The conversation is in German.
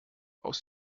aus